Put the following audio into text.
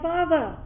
Father